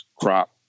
crop